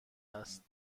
است